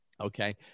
Okay